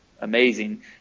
amazing